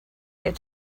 get